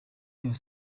yose